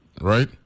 right